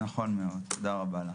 תודה רבה.